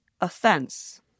offense